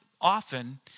often